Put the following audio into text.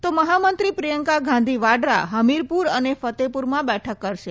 તો મહામંત્રી પ્રિયંકા ગાંધી વાડરા હમીરપુર અને ફતેપુરમાં બેઠક કરશે